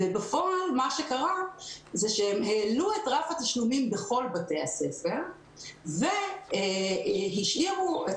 בפועל מה שקרה הוא שהם העלו את רף התשלומים בכל בתי הספר והשאירו את